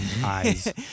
eyes